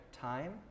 time